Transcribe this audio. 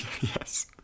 Yes